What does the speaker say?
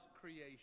creation